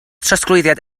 trosglwyddiad